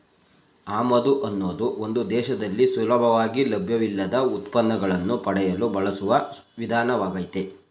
ಆಮದು ಅನ್ನೋದು ಒಂದು ದೇಶದಲ್ಲಿ ಸುಲಭವಾಗಿ ಲಭ್ಯವಿಲ್ಲದ ಉತ್ಪನ್ನಗಳನ್ನು ಪಡೆಯಲು ಬಳಸುವ ವಿಧಾನವಾಗಯ್ತೆ